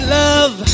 love